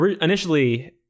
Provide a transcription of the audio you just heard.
initially